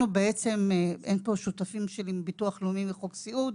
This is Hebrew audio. אין פה שותפים שלי מביטוח לאומי, מחוק סיעוד,